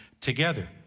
Together